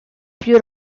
più